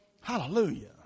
Hallelujah